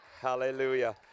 Hallelujah